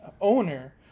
owner